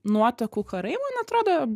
nuotakų karai man atrodo